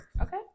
okay